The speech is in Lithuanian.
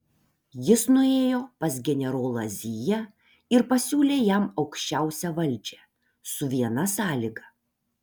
jis nuėjo pas generolą ziją ir pasiūlė jam aukščiausią valdžią su viena sąlyga